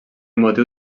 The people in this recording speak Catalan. motiu